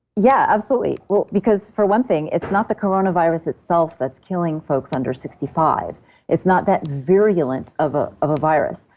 yeah. absolutely. well, because for one thing, it's not the coronavirus itself that's killing folks under sixty five point it's not that virulent of ah of a virus.